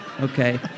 Okay